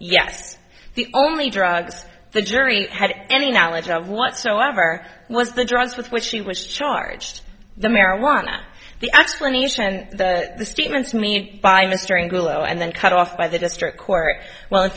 yes the only drugs the jury had any knowledge of whatsoever was the drugs with which she was charged the marijuana the explanation that the statements me by mr ingelow and then cut off by the district court well in